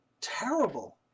terrible